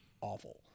awful